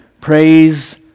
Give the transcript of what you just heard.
Praise